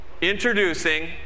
introducing